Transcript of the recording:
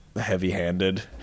heavy-handed